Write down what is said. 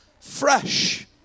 fresh